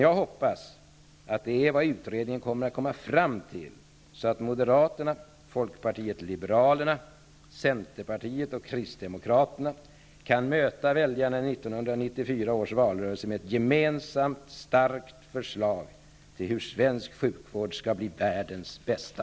Jag hoppas emellertid att utredningen kommer att komma fram till det, så att Kristdemokraterna kan möta väljarna i 1994 års valrörelse med ett gemensamt starkt förslag till hur svensk sjukvård skall kunna bli världens bästa.